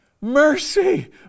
mercy